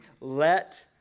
let